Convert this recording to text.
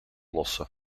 lossen